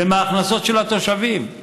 מההכנסות של התושבים,